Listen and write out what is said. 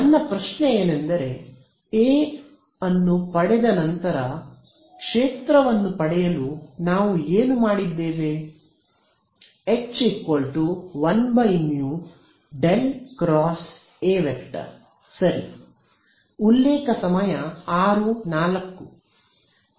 ನನ್ನ ಪ್ರಶ್ನೆ ಏನೆಂದರೆ ಎ ಪಡೆದ ನಂತರ ಕ್ಷೇತ್ರ ಪಡೆಯಲು ನಾವು ಏನು ಮಾಡಿದ್ದೇವೆ H 1 μ ∇× ⃗A ಸರಿ